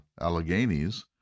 Alleghenies